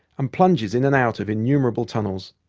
and plunges in and out of innumerable tunnels.